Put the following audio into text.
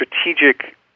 strategic